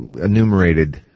enumerated